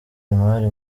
imari